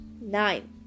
nine